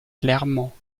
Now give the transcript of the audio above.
clairement